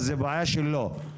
זאת בעיה שלו.